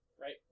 right